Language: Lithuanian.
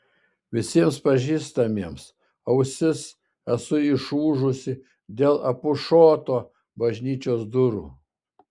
visiems pažįstamiems ausis esu išūžusi dėl apušoto bažnyčios durų